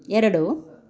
ಎರಡು